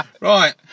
right